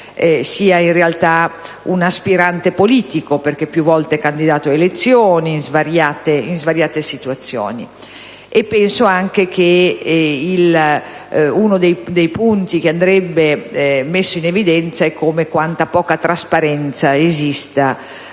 sia in realtà un aspirante politico, perché più volte candidato ad elezioni in svariate situazioni. Penso anche che uno dei punti che andrebbe messo in evidenza è quanta poca trasparenza esista